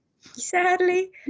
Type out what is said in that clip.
Sadly